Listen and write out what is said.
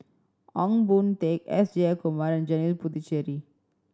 Ong Boon Tat S Jayakumar and Janil Puthucheary